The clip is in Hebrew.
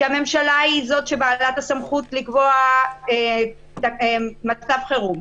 הממשלה היא זאת שבעלת הסמכות לקבוע מצב חירום,